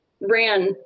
ran